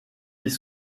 mis